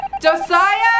Josiah